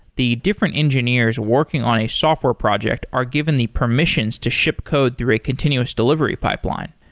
the different engineers working on a software project are given the permissions to ship code through a continuous delivery pipeline.